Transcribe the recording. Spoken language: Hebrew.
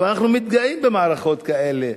אנחנו מתגאים במערכות כאלה,